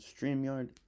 StreamYard